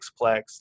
sixplex